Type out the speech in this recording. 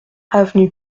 avenue